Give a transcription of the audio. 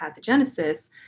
pathogenesis